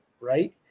Right